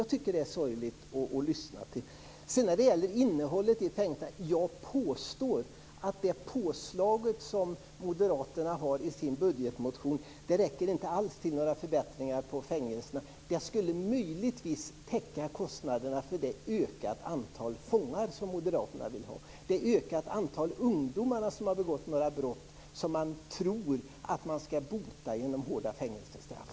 Jag tycker att det är sorgligt att lyssna till. När det gäller innehållet i fängelserna påstår jag att det påslag som moderaterna har i sin budgetmotion inte alls räcker till några förbättringar på fängelserna. Det skulle möjligtvis täcka kostnaderna för det ökade antal fångar som Moderaterna vill ha och det ökade antalet ungdomar som har begått brott som man tror att man ska bota genom hårda fängelsestraff.